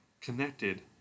connected